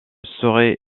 saurait